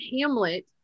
Hamlet